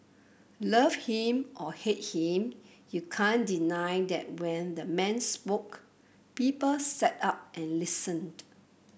love him or hate him you can't deny that when the man spoke people sat up and listened